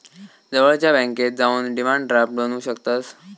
जवळच्या बॅन्केत जाऊन डिमांड ड्राफ्ट बनवू शकतंस